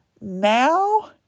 Now